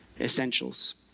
essentials